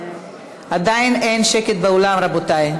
עדיין אין שקט באולם, רבותי.